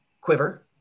quiver